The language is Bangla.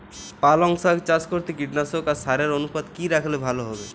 পালং শাক চাষ করতে কীটনাশক আর সারের অনুপাত কি রাখলে ভালো হবে?